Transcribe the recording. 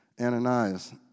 Ananias